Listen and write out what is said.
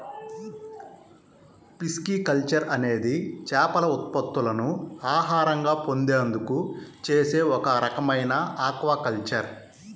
pisciculture అనేది చేపల ఉత్పత్తులను ఆహారంగా పొందేందుకు చేసే ఒక రకమైన ఆక్వాకల్చర్